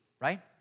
right